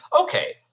okay